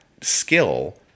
skill